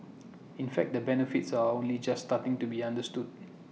in fact the benefits are only just starting to be understood